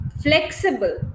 flexible